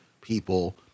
people